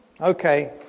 Okay